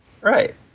Right